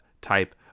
type